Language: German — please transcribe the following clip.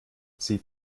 sie